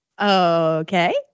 okay